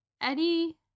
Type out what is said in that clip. Eddie